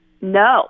No